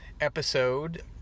episode